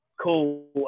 cool